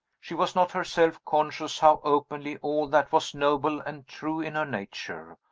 she was not herself conscious how openly all that was noble and true in her nature,